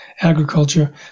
agriculture